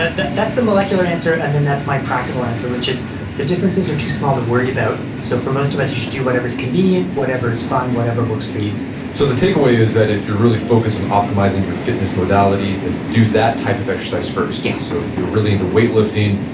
ah that's the molecular answer, and then that's my practical answer, which is the differences are too small to worry about. so for most of them, you should do whatever's convenient, whatever is fun, whatever works for you so the takeaway is that if you're really focused on optimizing your fitness modality, then do that type of exercise first? yeah so if you're really into weight lifting,